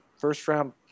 first-round